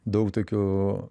daug tokių